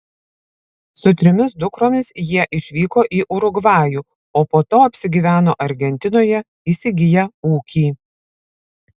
su trimis dukromis jie išvyko į urugvajų o po to apsigyveno argentinoje įsigiję ūkį